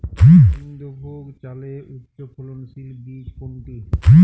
গোবিন্দভোগ চালের উচ্চফলনশীল বীজ কোনটি?